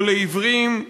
לא לעיוורים,